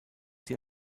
sie